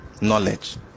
Knowledge